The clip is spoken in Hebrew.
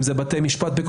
אם זה בתי משפט,